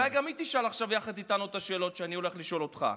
אולי גם היא תשאל עכשיו יחד איתנו את השאלות שאני הולך לשאול אותך.